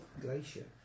Glacier